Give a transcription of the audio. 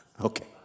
Okay